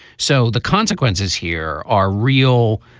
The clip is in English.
so the consequences here are real.